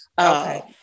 Okay